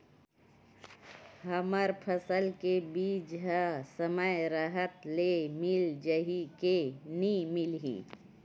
हमर फसल के बीज ह समय राहत ले मिल जाही के नी मिलही?